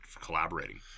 collaborating